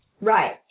right